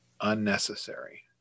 unnecessary